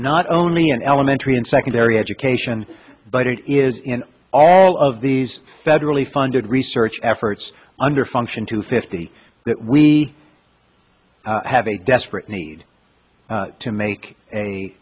not only an elementary and secondary education but it is in all of these federally funded research efforts under function to fifty that we have a desperate need to make a